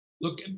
Look